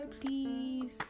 please